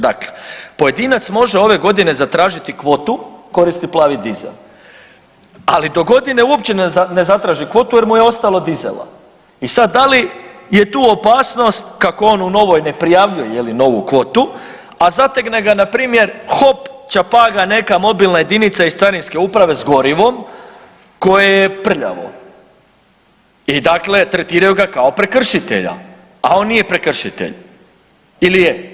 Dakle, pojedinac može ove godine zatražiti kvotu, koristi plavi dizele, ali dogodine uopće ne zatraži kvotu jer mu je ostalo dizela i sad da li je tu opasnost kako on u novoj ne prijavljuje je li novu kvotu, a zategne ga npr. hop čapa ga neka mobilna jedinica iz Carinske uprave s gorivom koje je prljavo i dakle tretiraju ga kao prekršitelja, a on nije prekršitelj ili je.